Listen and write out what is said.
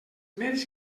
mèrits